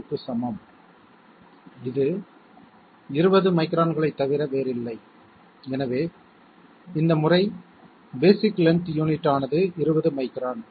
02 க்கு சமம் இது 20 மைக்ரான்களைத் தவிர வேறில்லை எனவே இந்த முறை பேஸிக் லென்த் யூனிட் ஆனது 20 மைக்ரான்